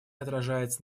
отражается